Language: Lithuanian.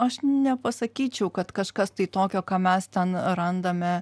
aš nepasakyčiau kad kažkas tai tokio ką mes ten randame